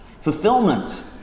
fulfillment